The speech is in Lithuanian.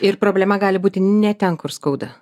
ir problema gali būti ne ten kur skauda